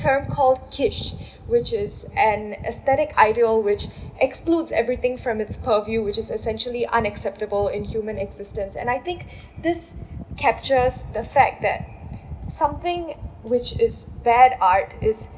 term called kitsch which is an aesthetic ideal which excludes everything from its purview which is essentially unacceptable in human existence and I think this captures the fact that something which is bad art is